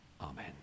Amen